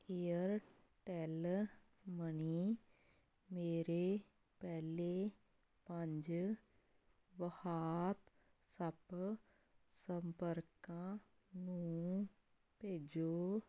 Airtel money ਮੇਰੇ ਪਹਿਲੇ ਪੰਜ ਵਹਾਤਸੱਪ ਸੰਪਰਕਾ ਨੂੰ ਭੇਜੋ